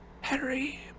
Harry